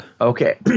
Okay